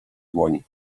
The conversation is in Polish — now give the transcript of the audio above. dłoni